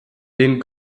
den